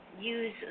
use